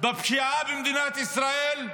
בפשיעה במדינת ישראל,